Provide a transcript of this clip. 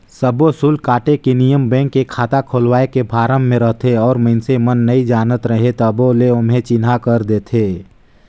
सब्बो सुल्क काटे के नियम बेंक के खाता खोलवाए के फारम मे रहथे और मइसने मन नइ जानत रहें तभो ले ओम्हे चिन्हा कर देथे